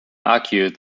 argued